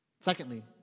Secondly